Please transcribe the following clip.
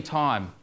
time